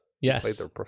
Yes